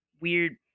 weird